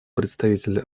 представителя